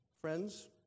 Friends